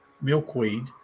milkweed